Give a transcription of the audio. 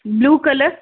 blue colour